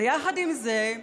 ויחד עם זה,